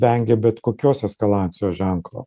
vengia bet kokios eskalacijos ženklo